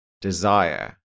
desire